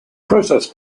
process